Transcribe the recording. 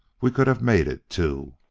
we could have made it, too.